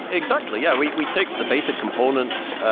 exactly. yeah, we we take the basic components,